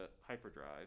hyperdrive